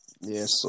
Yes